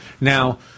Now